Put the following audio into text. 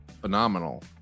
phenomenal